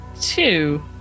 two